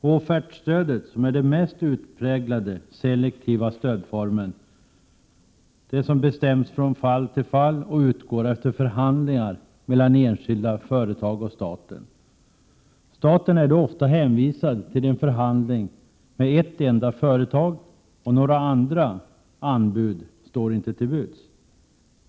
Offertstödet, som är den mest utpräglat selektiva stödformen, bestäms från fall till fall och utgår efter förhandlingar mellan enskilda företag och staten. Staten är då ofta hänvisad till en förhandling med ett enda företag, och några andra ”anbud” står inte till buds.